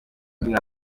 nka